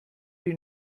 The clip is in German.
die